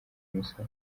imisoro